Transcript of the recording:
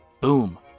Boom